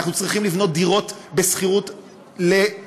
אנחנו צריכים לבנות דירות בשכירות לקשישים.